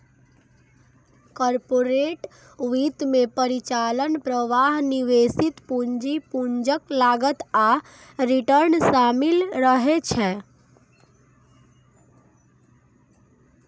corporate वित्त मे परिचालन प्रवाह, निवेशित पूंजी, पूंजीक लागत आ रिटर्न शामिल रहै छै